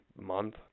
month